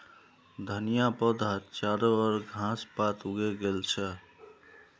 धनिया पौधात चारो ओर घास पात उगे गेल छ